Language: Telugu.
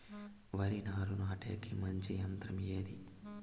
వరి నారు నాటేకి మంచి యంత్రం ఏది?